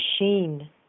machine